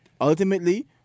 ultimately